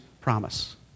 promise